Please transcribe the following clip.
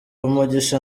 umugisha